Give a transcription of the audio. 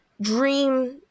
dream